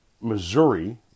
Missouri